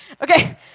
okay